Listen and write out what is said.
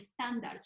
standards